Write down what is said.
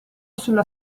sulla